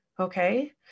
Okay